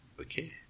okay